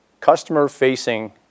customer-facing